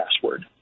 password